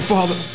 Father